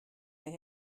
they